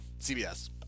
CBS